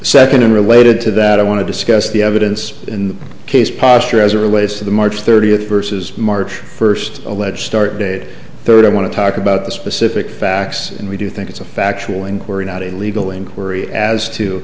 second and related to that i want to discuss the evidence in the case posture as it relates to the march thirtieth versus march first alleged start date third i want to talk about the specific facts and we do think it's a factual inquiry